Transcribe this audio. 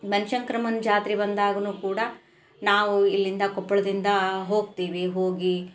ಬನ್ಶಂಕ್ರಮ್ಮನ ಜಾತ್ರೆ ಬಂದಾಗೂ ಕೂಡ ನಾವು ಇಲ್ಲಿಂದ ಕೊಪ್ಪಳದಿಂದ ಹೋಗ್ತೀವಿ ಹೋಗಿ